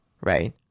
right